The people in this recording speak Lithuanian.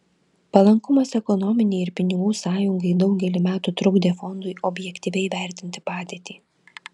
palankumas ekonominei ir pinigų sąjungai daugelį metų trukdė fondui objektyviai vertinti padėtį